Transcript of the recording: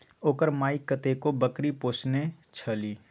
ओकर माइ कतेको बकरी पोसने छलीह